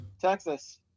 Texas